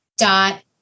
dot